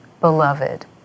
beloved